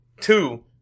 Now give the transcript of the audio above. two